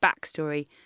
backstory